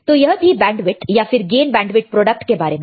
तो यह थी बैंडविथ या फिर गेन बैंडविथ प्रोडक्ट के बारे में